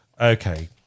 Okay